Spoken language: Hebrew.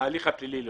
וההליך הפלילי לחוד.